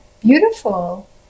beautiful